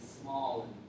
small